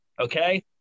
okay